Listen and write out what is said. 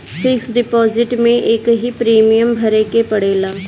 fix deposit में एकही premium भरे के पड़ेला